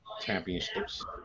championships